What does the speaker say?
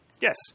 Yes